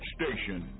station